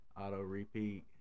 auto-repeat